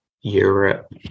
europe